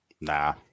Nah